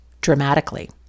dramatically